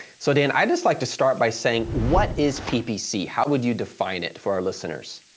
so, dan, i just like to start by saying, what is ppc? how would you define it for our listeners?